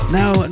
now